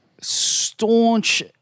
staunch –